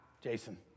Jason